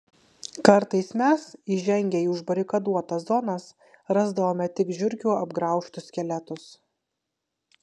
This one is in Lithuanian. kartais mes įžengę į užbarikaduotas zonas rasdavome tik žiurkių apgraužtus skeletus